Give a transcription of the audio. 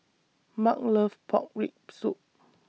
Mark loves Pork Rib Soup